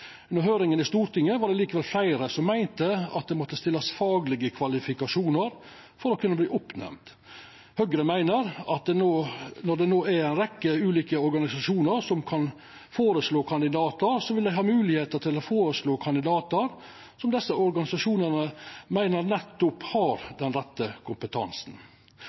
i Stortinget var det likevel fleire som meinte at det måtte stillast krav om faglege kvalifikasjonar for å kunne verta utnemnt. Høgre meiner at når det no er ei rekkje ulike organisasjonar som kan føreslå kandidatar, vil dei ha moglegheit til å føreslå kandidatar som desse organisasjonane meiner nettopp har den rette kompetansen.